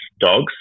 Dogs